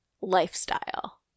lifestyle